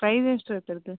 price ಎಷ್ಟು ಇರ್ತದೆ